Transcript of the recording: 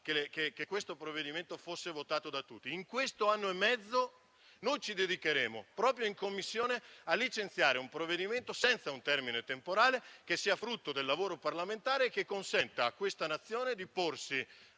che questo testo fosse votato da tutti. In questo anno e mezzo noi ci dedicheremo, proprio in Commissione, a licenziare un provvedimento senza un termine temporale che sia frutto del lavoro parlamentare e che consenta al nostro Paese di porsi